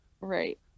right